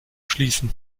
schließen